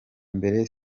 mbere